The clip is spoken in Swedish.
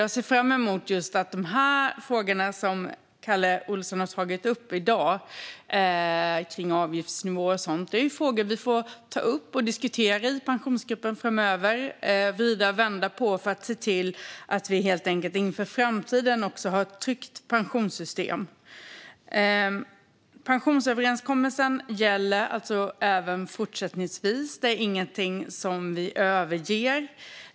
Jag ser därför fram emot att just de frågor som Kalle Olsson har tagit upp i dag kring avgiftsnivåer och annat är frågor som vi får ta upp och diskutera i Pensionsgruppen framöver. Vi får vrida och vända på dem för att se till att vi inför framtiden har ett tryggt pensionssystem. Pensionsöverenskommelsen gäller alltså även fortsättningsvis. Det är ingenting som vi överger.